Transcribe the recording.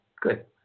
good